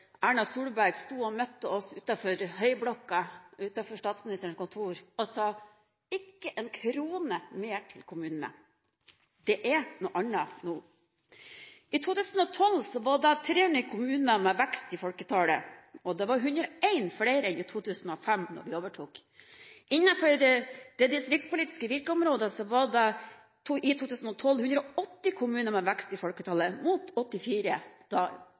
Erna Solberg, sto og møtte oss utenfor høyblokka utenfor statsministerens kontor og sa: ikke en krone mer til kommunene. Det er noe annet nå. I 2012 var det 300 kommuner med vekst i folketallet. Det var 101 flere enn i 2005 da vi overtok. Innenfor det distriktspolitiske virkeområdet var det i 2012 180 kommuner med vekst i folketallet, mot 84 da